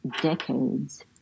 decades